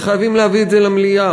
וחייבים להביא את זה למליאה,